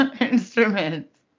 instruments